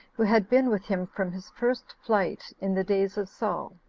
who had been with him from his first flight in the days of saul.